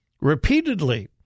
Repeatedly